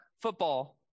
football